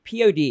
Pod